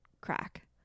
crack